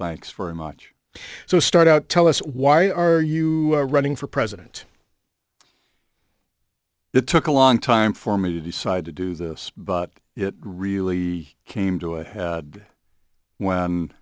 thanks very much so start out tell us why are you running for president it took a long time for me to decide to do this but it really came to i had when